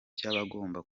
cy’abagomba